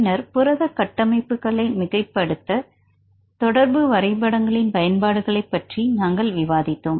பின்னர் புரத கட்டமைப்புகளை மிகைப்படுத்த தொடர்பு வரைபடங்களின் பயன்பாடுகளைப் பற்றி நாங்கள் விவாதித்தோம்